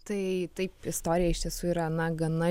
tai taip istorija iš tiesų yra na gana